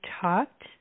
talked